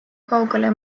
kaugele